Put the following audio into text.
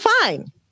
fine